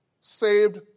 saved